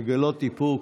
לגלות איפוק.